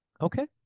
Okay